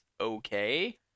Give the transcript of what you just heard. okay